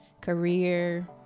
career